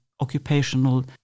occupational